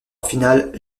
finale